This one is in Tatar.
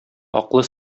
аклы